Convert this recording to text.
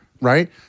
right